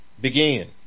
began